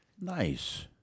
Nice